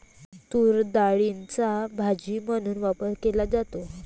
तूरडाळीचा भाजी म्हणून वापर केला जातो